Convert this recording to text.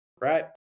right